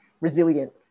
resilient